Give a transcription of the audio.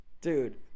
Dude